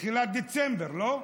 בתחילת דצמבר, לא?